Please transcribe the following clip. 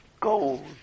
gold